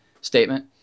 statement